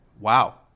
Wow